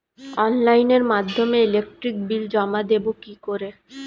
অনলাইনের মাধ্যমে electric bill জমা দেবো কি করে?